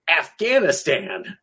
Afghanistan